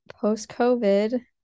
post-COVID